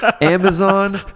Amazon